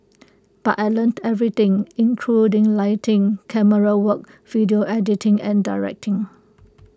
but I learnt everything including lighting camerawork video editing and directing